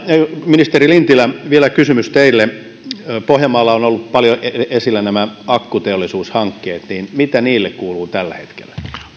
ministeri lintilä vielä kysymys teille pohjanmaalla ovat olleet paljon esillä nämä akkuteollisuushankkeet mitä niille kuuluu tällä hetkellä